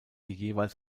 jeweils